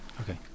Okay